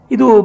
Idu